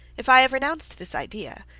if i have renounced this idea,